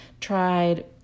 tried